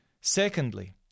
Secondly